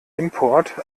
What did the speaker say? import